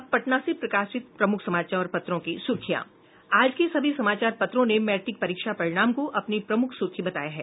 अब पटना से प्रकाशित प्रमुख समाचार पत्रों की सुर्खियां आज के सभी समाचार पत्रों ने मैट्रिक परीक्षा परिणाम को अपनी प्रमुख सुर्खी बनाया है